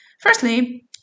Firstly